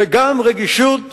וגם רגישות